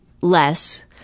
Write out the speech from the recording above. less